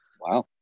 wow